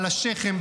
על השכם,